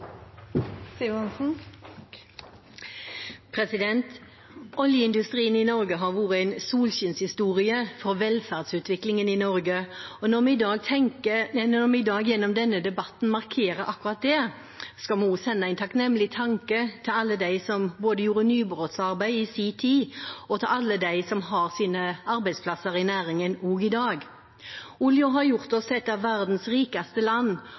Oljeindustrien i Norge har vært en solskinnshistorie for velferdsutviklingen i Norge, og når vi i dag gjennom denne debatten markerer akkurat det, skal vi også sende en takknemlig tanke til alle dem som gjorde nybrottsarbeid i sin tid, og til alle dem som har sine arbeidsplasser i næringen også i dag. Oljen har gjort oss til et av verdens rikeste land,